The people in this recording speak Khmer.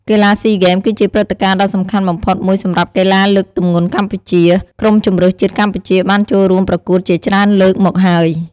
កីឡាស៊ីហ្គេម គឺជាព្រឹត្តិការណ៍ដ៏សំខាន់បំផុតមួយសម្រាប់កីឡាលើកទម្ងន់កម្ពុជា។ ក្រុមជម្រើសជាតិកម្ពុជាបានចូលរួមប្រកួតជាច្រើនលើកមកហើយ។